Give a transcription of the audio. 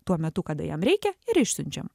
tuo metu kada jam reikia ir išsiunčiam